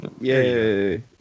Yay